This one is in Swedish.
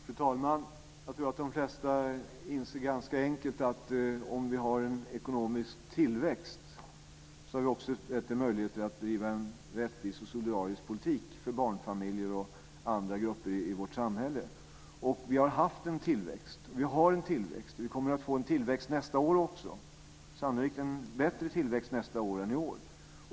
Fru talman! Jag tror att de flesta ganska enkelt inser att om vi har en ekonomisk tillväxt har vi också bättre möjligheter att driva en rättvis och solidarisk politik för barnfamiljer och andra grupper i vårt samhälle. Vi har också haft en tillväxt. Vi har en tillväxt. Vi kommer att få en tillväxt nästa år också. Vi kommer sannolikt att få en bättre tillväxt nästa år än i år.